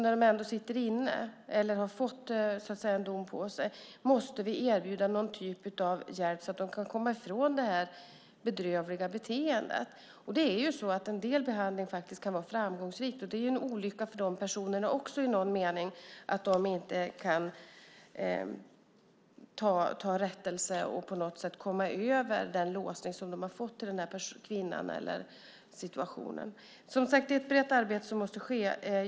När de ändå sitter inne eller har fått en dom på sig måste vi erbjuda någon typ av hjälp så att de kan komma ifrån det här bedrövliga beteendet. En del behandling kan faktiskt vara framgångsrik. Det är en olycka för de här personerna också i någon mening att de inte kan ta rättelse och komma över den låsning som de har till den här kvinnan eller situationen. Det är ett brett arbete som måste ske.